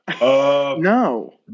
No